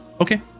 Okay